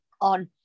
on